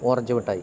ഓറഞ്ചുമിഠായി